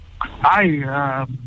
Hi